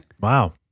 Wow